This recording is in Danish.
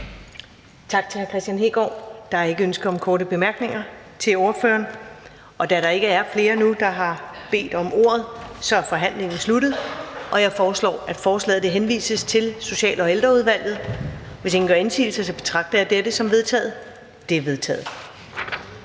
Tak til hr. Kristian Hegaard. Der er ikke ønske om korte bemærkninger til ordføreren. Da der ikke er flere nu, der har bedt om ordet, er forhandlingen sluttet. Jeg foreslår, at forslaget henvises til Social- og Ældreudvalget. Hvis ingen gør indsigelse, betragter jeg dette som vedtaget. Det er vedtaget.